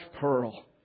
pearl